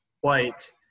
white